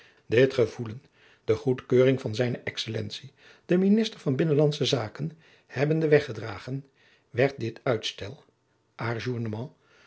dit gevoelen de goedkeuring van zijn excellentie den minister van binnenlandsche zaken hebbende weggedragen werd dit uitstel